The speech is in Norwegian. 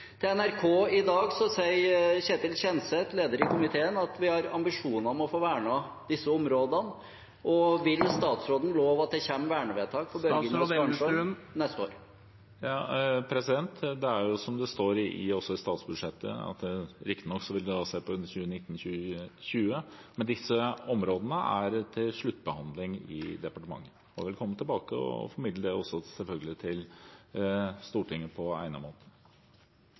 Til NRK i dag sier Ketil Kjenseth, leder i komiteen, at man har ambisjoner om å få vernet disse områdene. Vil statsråden love at det kommer vernevedtak for Børgin og Skarnsund neste år? Som det står i statsbudsjettet, vil en riktignok se på 2019/2020, men disse områdene er til sluttbehandling i departementet. Jeg vil selvfølgelig komme tilbake og formidle det til Stortinget på egnet måte.